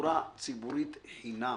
תחבורה ציבורית חינם,